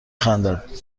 خندد